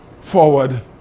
forward